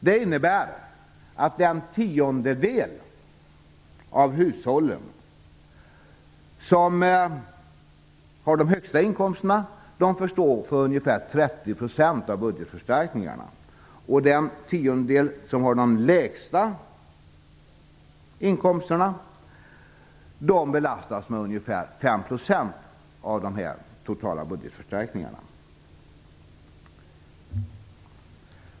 Det innebär att den tiondel av hushållen som har de högsta inkomsterna får stå för ungefär 30 % av budgetförstärkningarna och den tiondel som har de lägsta inkomsterna belastas med ungefär 5 % av de totala budgetförstärkningarna.